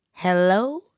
hello